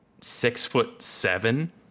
six-foot-seven